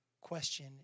question